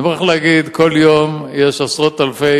אני מוכרח להגיד: כל יום יש עשרות אלפי